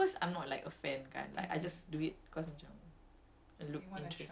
and it doesn't bring me like joy you know that's the dissatisfaction